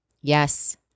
Yes